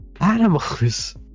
Animals